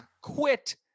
quit